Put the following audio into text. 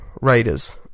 Raiders